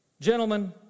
Gentlemen